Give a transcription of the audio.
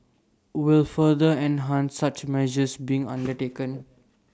will further enhance such measures being undertaken